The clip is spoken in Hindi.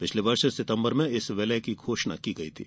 पिछले वर्ष सितम्बर में इस विलय की घोषणा की गई थी